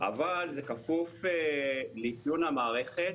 אבל זה כפוף לאפיון המערכת,